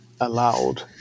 allowed